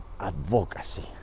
advocacy